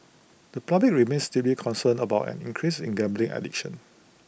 the public remains deeply concerned about an increase in gambling addiction